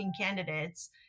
candidates